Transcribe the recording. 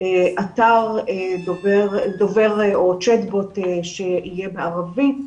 אתר דובר או צ'ט בוט שיהיה בערבית,